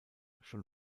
schon